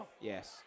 Yes